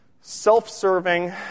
self-serving